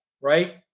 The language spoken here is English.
right